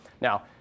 Now